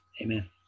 Amen